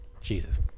Jesus